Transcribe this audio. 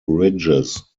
ridges